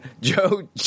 Joe